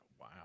wow